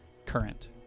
current